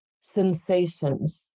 sensations